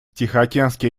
тихоокеанский